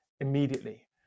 immediately